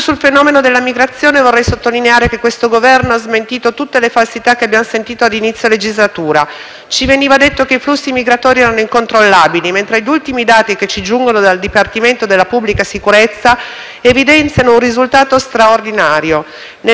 Ci veniva detto che i flussi migratori erano incontrollabili, mentre gli ultimi dati che ci giungono dal Dipartimento della pubblica sicurezza evidenziano un risultato straordinario: nel periodo compreso tra il 1º gennaio e il 18 marzo 2019 sono sbarcate 348 persone